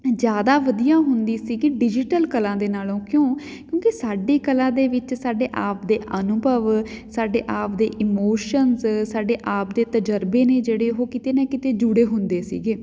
ਜ਼ਿਆਦਾ ਵਧੀਆ ਹੁੰਦੀ ਸੀਗੀ ਡਿਜੀਟਲ ਕਲਾ ਦੇ ਨਾਲੋਂ ਕਿਉਂ ਕਿਉਂਕਿ ਸਾਡੀ ਕਲਾ ਦੇ ਵਿੱਚ ਸਾਡੇ ਆਪ ਦੇ ਅਨੁਭਵ ਸਾਡੇ ਆਪਦੇ ਇਮੋਸ਼ਨਜ਼ ਸਾਡੇ ਆਪਦੇ ਤਜਰਬੇ ਨੇ ਜਿਹੜੇ ਉਹ ਕਿਤੇ ਨਾ ਕਿਤੇ ਜੁੜੇ ਹੁੰਦੇ ਸੀਗੇ